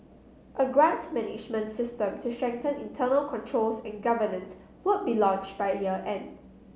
a grant management system to strengthen internal controls and governance would be launched by year end